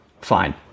Fine